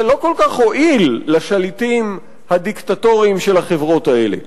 זה לא כל כך הועיל לשליטים הדיקטטוריים של החברות האלה.